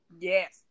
Yes